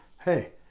hey